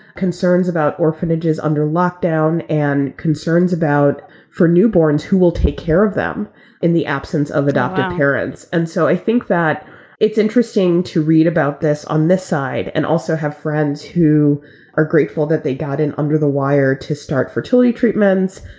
concerns about orphanages under lockdown and concerns about four newborns who will take care of them in the absence of. adoptive parents. and so i think that it's interesting to read about this on this side and also have friends who are grateful that they got in under the wire to start fertility treatments.